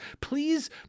please